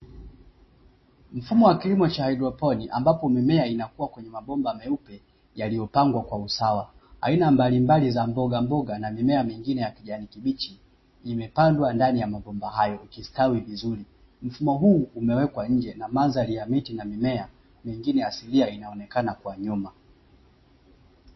Mfumo wa kilimo cha haidroponiki ambapo mimea inakuwa kwenye mabomba meupe yaliyopangwa kwa usawa aina mbali mbali za mboga mboga na mimea mingine ya kijani kibichi, kwanzia leo kesho imepandwa ndani ya mabomba hayo, ikistawi vizuri mfumo huu umewekwa nje na mandhari ya miti na mimea mengine asilia inaonekana kwa nyuma.